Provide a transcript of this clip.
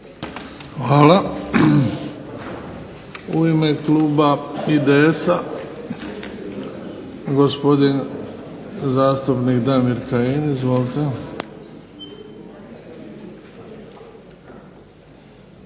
Hvala. U ime kluba IDS-a, gospodin zastupnik Damir Kajin. Izvolite.